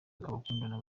abakundana